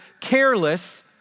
careless